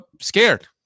scared